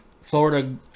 Florida